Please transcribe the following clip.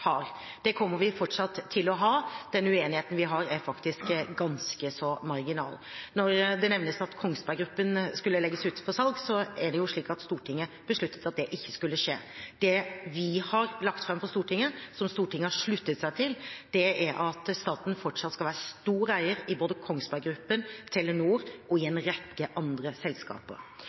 Det kommer vi fortsatt til å ha. Den uenigheten vi har, er faktisk ganske så marginal. Når det nevnes at Kongsberg Gruppen skulle legges ut for salg, er det jo slik at Stortinget besluttet at det ikke skulle skje. Det vi har lagt fram for Stortinget, som Stortinget har sluttet seg til, er at staten fortsatt skal være en stor eier både i Kongsberg Gruppen, i Telenor og i en rekke andre selskaper.